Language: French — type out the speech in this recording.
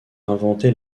inventé